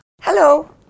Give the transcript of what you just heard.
Hello